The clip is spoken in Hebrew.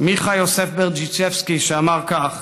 מיכה יוסף ברדיצ'בסקי, שאמר כך: